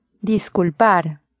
Disculpar